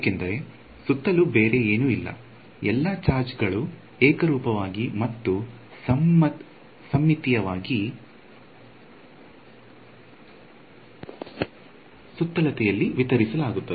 ಏಕೆಂದರೆ ಸುತ್ತಲೂ ಬೇರೆ ಏನೂ ಇಲ್ಲ ಎಲ್ಲಾ ಚಾರ್ಜ್ ಗಳು ಏಕರೂಪವಾಗಿ ಮತ್ತು ಸಮ್ಮಿತೀಯವಾಗಿ ಸುತ್ತಳತೆಯಲ್ಲಿ ವಿತರಿಸಲಾಗುತ್ತದೆ